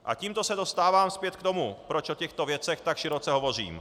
A tímto se dostávám zpět k tomu, proč o těchto věcech tak široce hovořím.